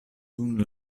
dum